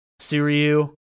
Suryu